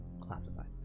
Classified